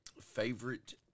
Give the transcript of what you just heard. favorite